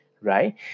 Right